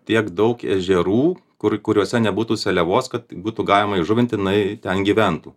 tiek daug ežerų kur kuriuose nebūtų seliavos kad būtų galima įžuvint jinai ten gyventų